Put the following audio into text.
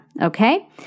Okay